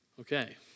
Okay